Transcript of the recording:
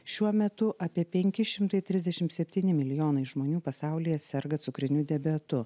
šiuo metu apie penki šimtai trisdešimt septyni milijonai žmonių pasaulyje serga cukriniu diabetu